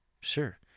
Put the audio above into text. sure